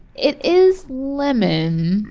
it is lemon.